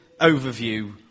overview